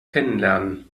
kennenlernen